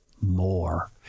more